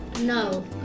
No